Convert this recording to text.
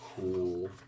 cool